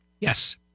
Yes